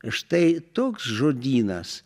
štai toks žodynas